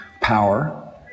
power